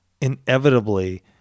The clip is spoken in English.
inevitably